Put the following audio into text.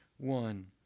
one